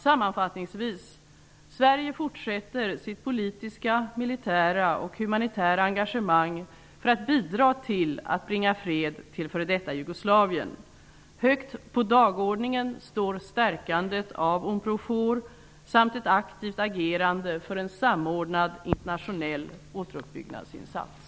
Sammanfattningsvis, Sverige fortsätter sitt politiska, militära och humanitära engagemang för att bidraga till att bringa fred till f.d. Jugoslavien. Högt på dagordningen står stärkandet av Unprofor samt ett aktivt agerande för en samordnad internationell återuppbyggnadsinsats.